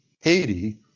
Haiti